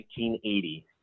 1980